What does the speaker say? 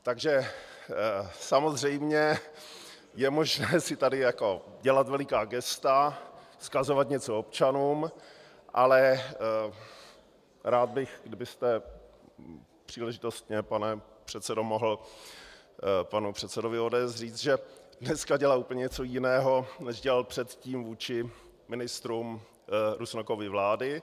Takže samozřejmě je možné si tady dělat veliká gesta, vzkazovat něco občanům, ale rád bych, kdybyste příležitostně, pane předsedo, mohl panu předsedovi ODS říci, že dneska dělá úplně něco jiného, než dělal předtím vůči ministrům Rusnokovy vlády.